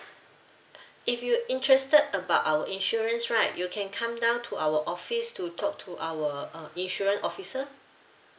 if you interested about our insurance right you can come down to our office to talk to our uh insurance officer